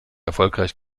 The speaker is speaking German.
erfolgreich